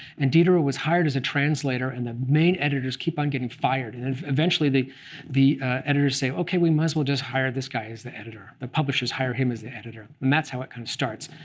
and diderot was hired as a translator. and the main editors keep on getting fired. and and eventually, the the editors say, ok, we might as well just hire this guy as the editor. the publishers hire him as the editor. and that's how it kind of starts,